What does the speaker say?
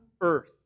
earth